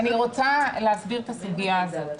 אני רוצה להסביר את הסוגיה הזאת.